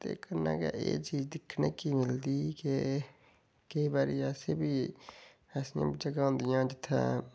ते कन्नै गै एह् चीज दिक्खने गी मिलदी के केईं बारी असें बी ऐसियां जगह होंदियां जित्थै